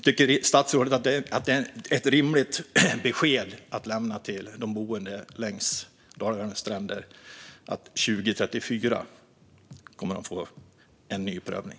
Tycker statsrådet att detta - att de kommer att få en ny prövning 2034 - är ett rimligt besked att lämna till de boende längs Dalälvens stränder?